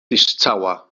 distawa